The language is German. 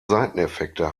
seiteneffekte